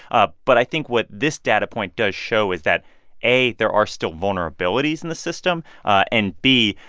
ah but i think what this data point does show is that a, there are still vulnerabilities in the system and b,